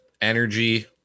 energy